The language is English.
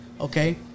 Okay